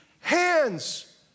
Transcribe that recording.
hands